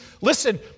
listen